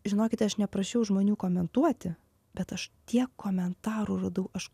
žinokite aš neprašiau žmonių komentuoti bet aš tiek komentarų radau aš